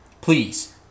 Please